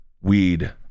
weed